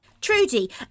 Trudy